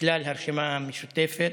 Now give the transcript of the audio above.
לכלל הרשימה המשותפת.